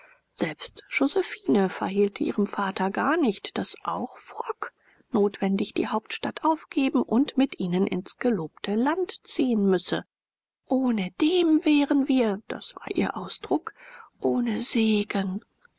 selbst josephine verhehlte ihrem vater gar nicht daß auch frock notwendig die hauptstadt aufgeben und mit ihnen ins gelobte land ziehen müsse ohnedem wären wir das war ihr ausdruck ohne segen